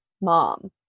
mom